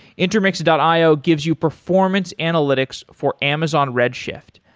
intermix and io gives you performance analytics for amazon redshift.